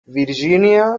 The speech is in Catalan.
virgínia